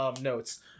notes